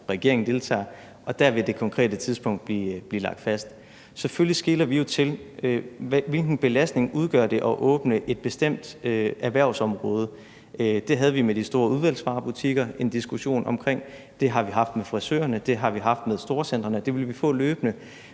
regeringen deltager, og der vil det konkrete tidspunkt blive lagt fast. Selvfølgelig skeler vi til, hvilken belastning det udgør at åbne et bestemt erhvervsområde. Det havde vi en diskussion om i forhold til de store udvalgsvarebutikker, det har vi haft med frisørerne, det har vi haft med storcentrene, og det vil vi få løbende.